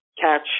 catch